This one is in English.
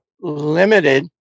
limited